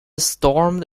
stormed